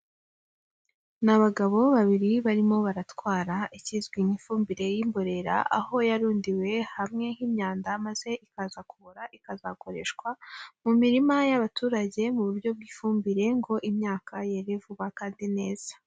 Ni abagabo babiri barimo baratwara ikizwi nk'ifumbire y'imborera, aho yarundiwe hamwe nk'imyanda maze ikaza kubora ikazakoreshwa, mu mirima y'abaturage mu buryo bw'ifumbire ngo imyaka yere vuba kandide neza.